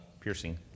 piercing